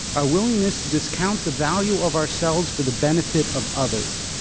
our willingness to discount the value of ourselves for the benefit of others.